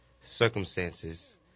circumstances